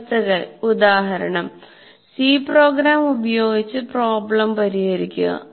വ്യവസ്ഥകൾ ഉദാഹരണം "C program ഉപയോഗിച്ച് പ്രോബ്ലം പരിഹരിക്കുക"